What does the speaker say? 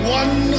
one